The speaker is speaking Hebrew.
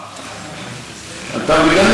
אמרתי